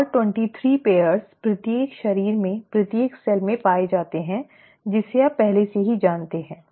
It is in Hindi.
और 23 जोड़ी प्रत्येक शरीर में प्रत्येक कोशिका में पाए जाते हैं जिसे आप पहले से ही जानते हैं